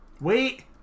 wait